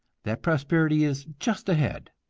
that prosperity is just ahead.